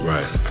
Right